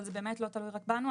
אבל זה באמת לא תלוי רק בנו,